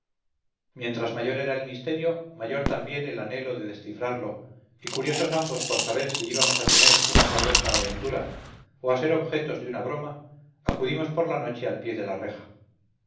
mientras mayor era el misterio mayor también el anhelo de descifrarlo y curiosos ambos por saber si íbamos a tener una sabrosa aventura o a ser objetos de una broma acudimos por la noche al pie de la reja